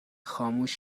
خاموش